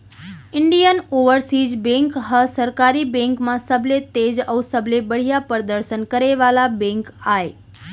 Indian overseas bank ह सरकारी bank म सबले तेज अउ सबले बड़िहा परदसन करे वाला बेंक आय